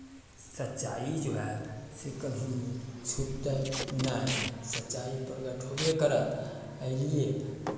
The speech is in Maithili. सच्चाइ जो हए से कभी छिपतै नहि सच्चाइ प्रकट होयबे करत एहिलिए